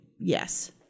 yes